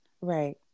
Right